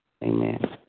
Amen